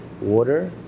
water